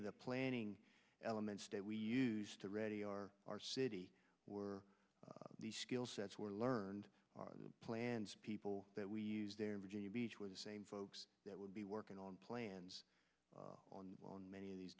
of the planning elements that we use to ready our our city were the skill sets were learned the plans people that we used there in virginia beach where the same folks that would be working on plans on many of these